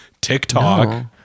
TikTok